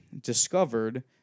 discovered